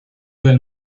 del